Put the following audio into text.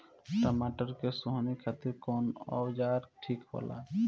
टमाटर के सोहनी खातिर कौन औजार ठीक होला?